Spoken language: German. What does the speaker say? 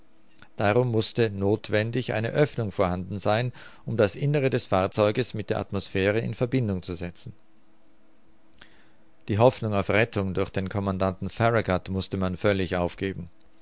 darum mußte noth wendig eine oeffnung vorhanden sein um das innere des fahrzeuges mit der atmosphäre in verbindung zu setzen die hoffnung auf rettung durch den commandanten farragut mußte man völlig aufgeben